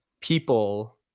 people